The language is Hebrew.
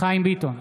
חיים ביטון,